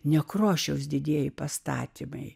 nekrošiaus didieji pastatymai